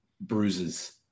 bruises